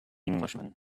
englishman